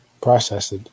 processed